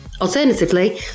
Alternatively